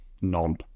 none